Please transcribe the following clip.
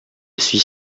suis